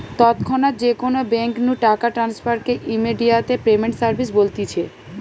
তৎক্ষণাৎ যে কোনো বেঙ্ক নু টাকা ট্রান্সফার কে ইমেডিয়াতে পেমেন্ট সার্ভিস বলতিছে